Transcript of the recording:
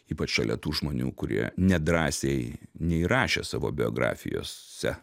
ypač šalia tų žmonių kurie nedrąsiai neįrašė savo biografijose